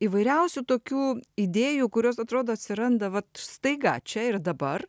įvairiausių tokių idėjų kurios atrodo atsiranda vat staiga čia ir dabar